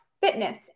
fitness